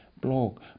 blog